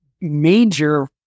major